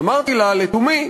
אמרתי לה לתומי: